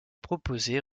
proposées